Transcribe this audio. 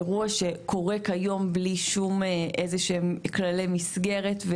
אירוע שקורה כיום בלי שום איזה שהם כללי מסגרת.